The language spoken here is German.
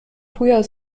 früher